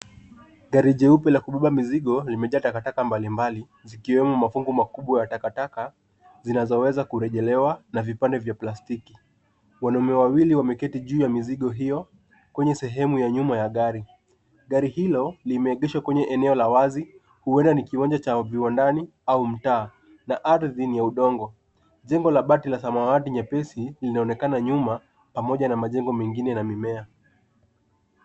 Gari jeupe la kubeba mizigo limejaa takataka mbalimbali zikiwemo mafungo makubwa ya takataka zinazoweza kurejelewa na vipande vya plastiki. Wanaume wawili wameketi juu ya mizigo hiyo kwenye sehemu ya nyuma ya gari. Gari hilo limeegeshwa kwenye eneo la wazi huenda ni kiwanja cha viwandani au mtaa na ardhi ni ya udongo. Jengo la bati la samawati nyepesi linaonekana nyuma pamoja na majengo mengine na mimea.